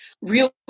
real